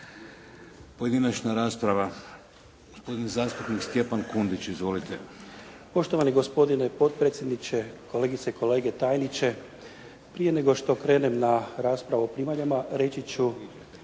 Pojedinačna rasprava. Gospodin zastupnik Stjepan Kundić. Izvolite. **Kundić, Stjepan (HDZ)** Poštovani gospodine potpredsjedniče, kolegice, kolege, tajniče. Prije nego što krenem na raspravu o primaljama reći ću